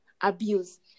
abuse